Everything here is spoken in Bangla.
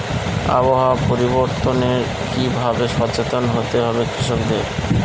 আবহাওয়া পরিবর্তনের কি ভাবে সচেতন হতে হবে কৃষকদের?